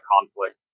conflict